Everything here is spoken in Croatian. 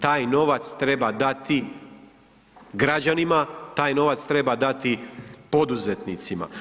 Taj novac treba dati građanima, taj novac treba dati poduzetnicima.